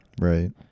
Right